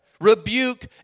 rebuke